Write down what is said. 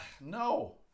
no